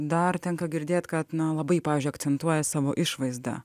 dar tenka girdėt kad na labai pavyzdžiui akcentuoja savo išvaizdą